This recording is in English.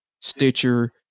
Stitcher